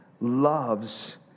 loves